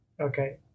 Okay